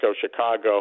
Chicago